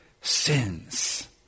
sins